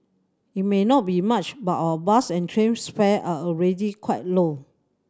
it may not be much but our bus and trains fare are already quite low